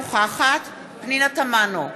אינה נוכחת פנינה תמנו,